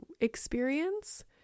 experience